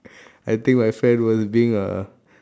I think my friend was being a